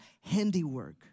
handiwork